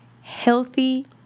Healthy